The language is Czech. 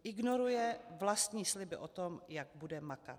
Ignoruje vlastní sliby o tom, jak bude makat.